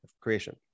Creation